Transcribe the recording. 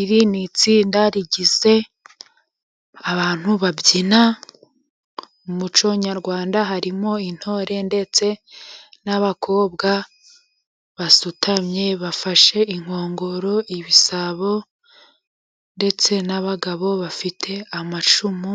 Iri ni itsinda rigizwe n'abantu babyina mu muco nyarwanda, harimo intore ndetse n'abakobwa basutamye, bafashe inkongoro ibisabo ndetse n'abagabo bafite amacumu,